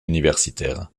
universitaire